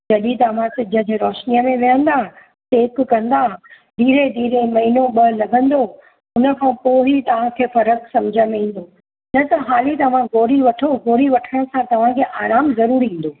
जॾहिं तव्हां सिज जी रोशनीअ में वेहंदा सेक कंदा धीरे धीरे महिनो ॿ लॻंदो उन खां पो ही तव्हांखे फ़र्क़ु सम्झ में ईंदो न त हाली तव्हां गोरी वठो गोरी वठण सां तव्हांखे आराम ज़रूरु ईंदो